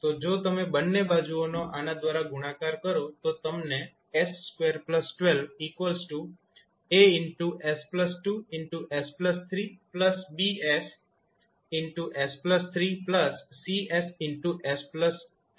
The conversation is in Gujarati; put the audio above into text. તો જો તમે બંને બાજુઓનો આના દ્વારા ગુણાકાર કરો તો તમને 𝑠212𝐴𝑠2𝑠3𝐵𝑠𝑠3𝐶𝑠𝑠2 મળશે